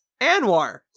Anwar